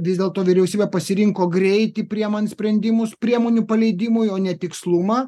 vis dėlto vyriausybė pasirinko greitį priimant sprendimus priemonių paleidimui o ne tikslumą